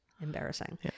embarrassing